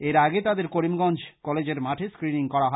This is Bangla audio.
এর আগে তাঁদের করিমগঞ্জ কলেজের মাঠে ক্রিনিং করা হয়